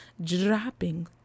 dropping